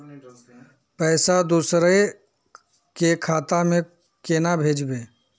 पैसा दूसरे के खाता में केना भेजबे?